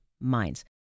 minds